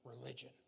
religion